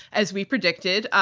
as we predicted,